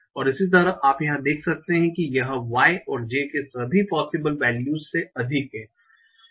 और इसी तरह आप यहां देख सकते हैं कि यह i और j के सभी पॉसिबल वेल्युस से अधिक है